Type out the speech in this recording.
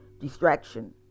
distraction